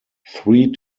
three